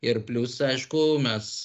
ir plius aišku mes